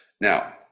Now